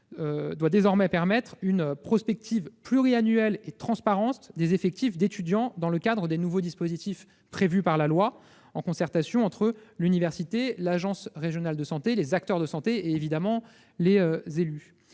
doit désormais permettre une prospective pluriannuelle et transparente des effectifs d'étudiants dans le cadre des nouveaux dispositifs prévus par la loi, en concertation entre l'université, l'agence régionale de santé, les acteurs de santé et les élus.